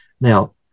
Now